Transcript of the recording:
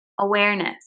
Awareness